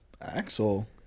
Axel